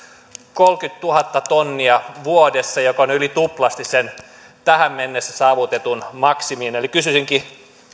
kolmekymmentätuhatta tonnia vuodessa joka on yli tuplasti tähän mennessä saavutetun maksimin kysyisinkin